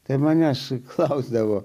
tai manęs klausdavo